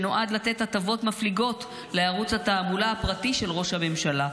שנועד לתת הטבות מפליגות לערוץ התעמולה הפרטי של ראש הממשלה,